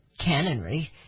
cannonry